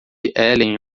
helen